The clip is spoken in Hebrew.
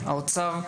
נציג האוצר,